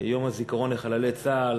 יום הזיכרון לחללי צה"ל,